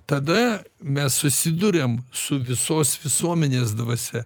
tada mes susiduriam su visos visuomenės dvasia